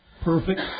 Perfect